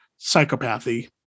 psychopathy